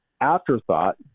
afterthought